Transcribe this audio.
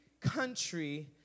country